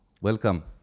welcome